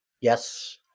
Yes